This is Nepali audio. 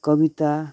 कविता